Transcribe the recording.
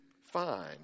fine